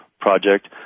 project